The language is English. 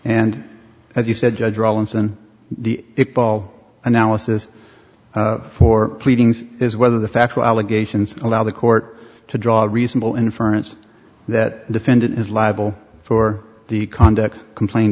and as you said judge rawlinson the ball analysis for pleadings is whether the factual allegations allow the court to draw a reasonable inference that defendant is liable for the conduct complain